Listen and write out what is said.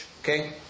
Okay